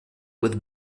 with